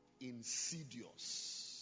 insidious